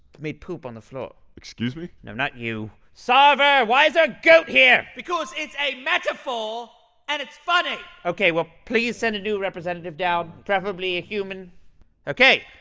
made poop on the floor excuse me? no, not you sarver, why is there a goat here? because it's a metaphor and it's funny ok, well, please send a new representative down preferably a human ok,